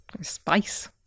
spice